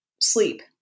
sleep